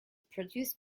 produced